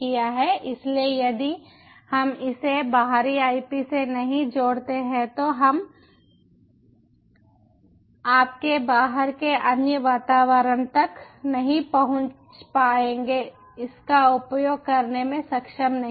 इसलिए यदि हम इसे बाहरी IP से नहीं जोड़ते हैं तो हम आपके बाहर के अन्य वातावरण तक नहीं पहुँच पाएंगे इसका उपयोग करने में सक्षम नहीं है